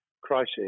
crisis